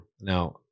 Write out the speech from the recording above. Now